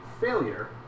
failure